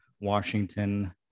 Washington